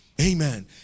Amen